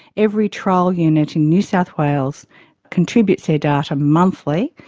every trial unit in new south wales contributes their data monthly.